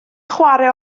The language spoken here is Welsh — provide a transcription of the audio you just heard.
chwarae